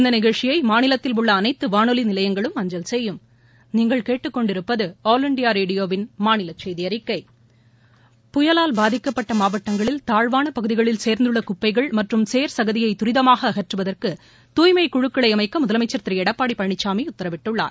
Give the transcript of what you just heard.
இந்த நிகழ்ச்சியை மாநிலத்தில் உள்ள அனைத்து வானொலி நிலையங்களும் அஞ்சல் செய்யும் புயலால் பாதிக்கப்பட்ட மாவட்டங்களில் தாழ்வான பகுதிகளில் சேர்ந்துள்ள குப்பைகள் மற்றும் சேர் சகதியை தரிதமாக அகற்றுவதற்கு தூய்மைக்குழுக்களை அமைக்க முதலமைச்சர் திரு எடப்பாடி பழனிசாமி உத்தரவிட்டுள்ளார்